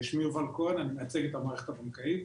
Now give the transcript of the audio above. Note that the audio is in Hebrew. שמי יובל כהן, אני מייצג את המערכת הבנקאית.